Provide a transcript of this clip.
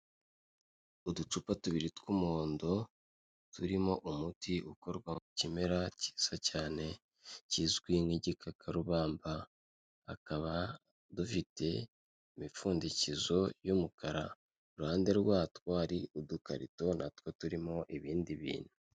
Uducupa tubiri tw'umuhondo turimo umuti ukorwa mu kimera cyiza cyane kizwi nk'igikakarubamba, akaba dufite imipfundikizo y'umukara, iruhande rwatwo hari udukarito na two turimo ibindi bintu.